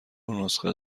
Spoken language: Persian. نسخه